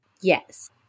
Yes